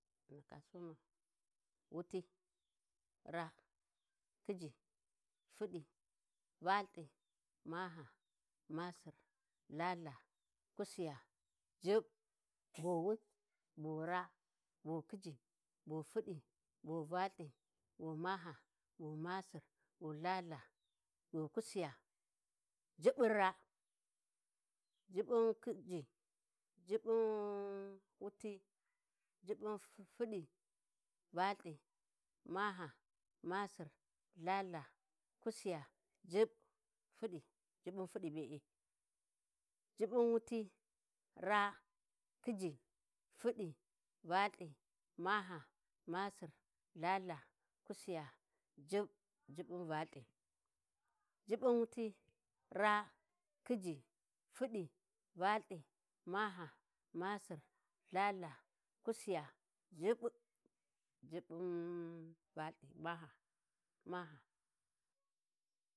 ﻿Wuti, raa, khijj, fuɗɗi, valthi Maha, masir, Lhalha, Kusiya, juɓɓ bow wut, bow raa, bow Khijji, bow fuɗɗi, bow Valthi, bow maha, bow masir, bow ltha-ha, bow kusiya, "Juɓɓum – wuti" Juɓɓun fuɗi be'e, Juɓɓun wuti Juɓɓun fuɗɗi, VaLthi, maha masir LthaLtha, kusiya, Juɓɓ fuɗi. Juɓɓun fuɗɗi be-e, Juɓɓun wuti raa khijji, fuɗɗi, VaLthi, maha masir, Lhalha, kusiya, Juɓɓ. Juɓɓun Valthi, Juɓɓun wuti, raa Khijji, fuɗi, Valthi, maha, masir LhaLha, kusiya Juɓɓ, Juɓɓun- Vath maha maha.